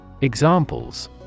Examples